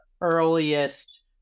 earliest